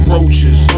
Roaches